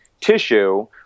tissue